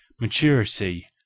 maturity